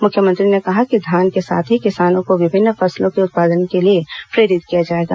मुख्यमंत्री ने कहा कि धान के साथ ही किसानों को विभिन्न फसलों के उत्पादन के लिए प्रेरित किया जाएगा